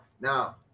now